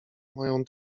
moją